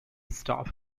staff